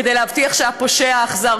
כדי להבטיח שהפושע האכזר,